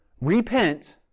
Repent